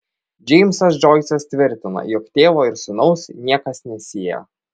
džeimsas džoisas tvirtina jog tėvo ir sūnaus niekas nesieja